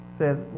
says